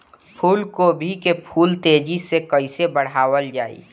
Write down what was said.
फूल गोभी के फूल तेजी से कइसे बढ़ावल जाई?